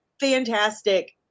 fantastic